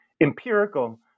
empirical